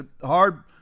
hard